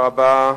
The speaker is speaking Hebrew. תודה רבה.